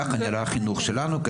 כך נראה החינוך שלנו.